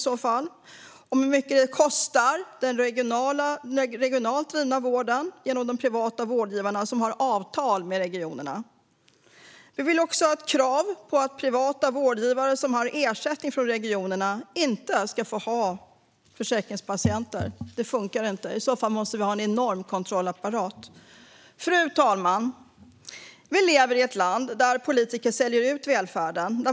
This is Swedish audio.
Vi vill veta hur mycket det kostar den regionalt drivna vården på grund av de privata vårdgivarna som har avtal med regionerna. Vi vill också ha ett krav på att privata vårdgivare som har ersättning från regionerna inte ska få ha försäkringspatienter. Det funkar inte. I så fall måste vi ha en enorm kontrollapparat. Fru talman! Vi lever i ett land där politiker säljer ut välfärden.